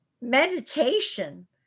meditation